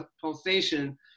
pulsation